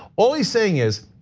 all he is saying is,